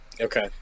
Okay